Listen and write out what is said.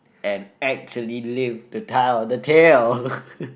and actually live to tell the tale